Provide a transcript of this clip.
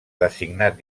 designat